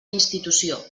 institució